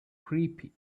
creepy